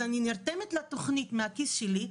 אז אני נרתמת לתכנית מהכיס שלי,